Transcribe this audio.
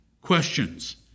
questions